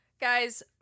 guys